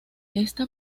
esta